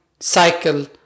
cycle